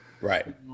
Right